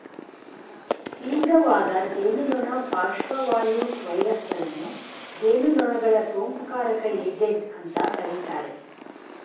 ತೀವ್ರವಾದ ಜೇನುನೊಣ ಪಾರ್ಶ್ವವಾಯು ವೈರಸಗಳನ್ನು ಜೇನುನೊಣಗಳ ಸೋಂಕುಕಾರಕ ಏಜೆಂಟ್ ಅಂತ ಕರೀತಾರೆ